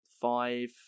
five